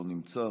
לא נמצא,